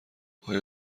آیا